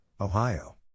Ohio